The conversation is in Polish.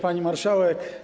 Pani Marszałek!